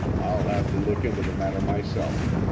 i'll have to look into the matter myself.